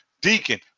deacon